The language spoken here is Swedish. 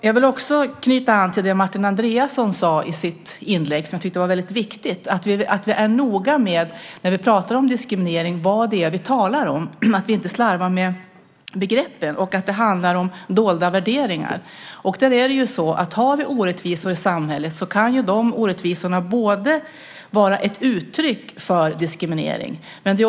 Jag vill också knyta an till det som Martin Andreasson sade i sitt inlägg och som jag tycker är väldigt viktigt, nämligen att vi, när vi pratar om diskriminering, är noga med vad vi talar om så att vi inte slarvar med begreppen. Det handlar om dolda värderingar. Om vi har orättvisor i samhället kan ju de orättvisorna vara ett uttryck för diskriminering.